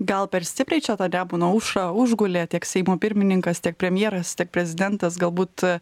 gal per stipriai čia tą nemuno aušrą užgulė tiek seimo pirmininkas tiek premjeras tiek prezidentas galbūt